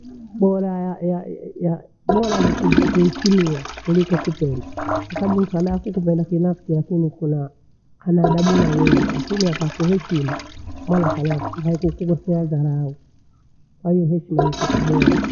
Bora ya- ya- ya bora niku ku- kuheshimiwa kuliko kupendwa. Kwasababu mtu ana kukupenda kinafki lakini kunaa hana adabu na wewe. Lakini akakuheshimu mala akala nihaku kule twaheza hahai, kwahiyo hechila haikutuboa.